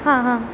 हां हां